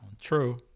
true